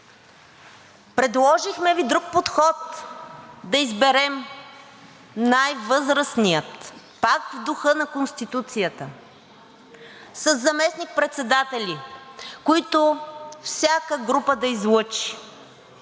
предложихме Ви друг подход – да изберем най-възрастния, пак в духа на Конституцията, със заместник-председатели, които всяка група да излъчи,